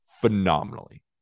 phenomenally